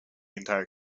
entire